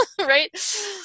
right